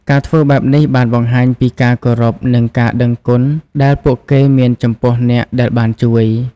ការធ្វើបែបនេះបានបង្ហាញពីការគោរពនិងការដឹងគុណដែលពួកគេមានចំពោះអ្នកដែលបានជួយ។